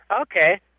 Okay